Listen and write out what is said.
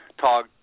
Todd